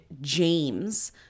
James